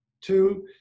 Two